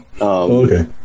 Okay